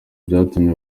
byatumye